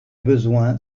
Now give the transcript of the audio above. besoin